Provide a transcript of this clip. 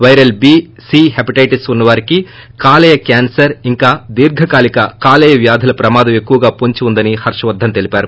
పైరల్ B C hepatitis ఉన్స వారికి కాలేయ క్యాన్సర్ ఇంకా దీర్ఘకాలిక కాలేయ వ్యాధుల ప్రమాదం ఎక్కువగా పొంచి ఉందని హర్షవర్గన్ తెలిపారు